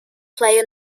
play